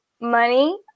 money